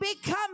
become